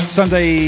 Sunday